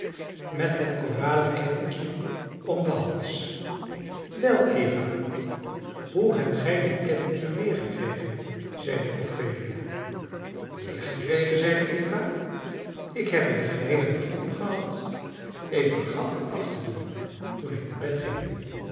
met het koralen kettinkje om den hals wel eva hoe hebt gij dit kettinkje weergekregen zeide ophelia weergekregen zeide eva ik heb het den geheelen nacht omgehad ik vergat het af te doen toen ik naar bed ging